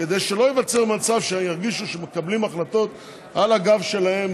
כדי שלא ייווצר מצב שהם ירגישו שמקבלים החלטות על הגב שלהם,